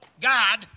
God